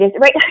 right